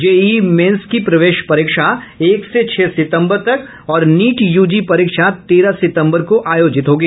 JEE mains की प्रवेश परीक्षा एक से छह सितंबर तक और नीट यूजी परीक्षा तेरह सितंबर को आयोजित होंगी